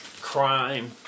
crime